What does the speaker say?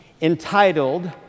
entitled